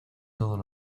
todos